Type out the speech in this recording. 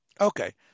Okay